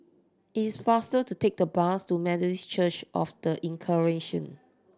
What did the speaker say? it's faster to take the bus to Methodist Church Of The Incarnation